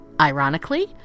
Ironically